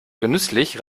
genüsslich